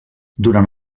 durant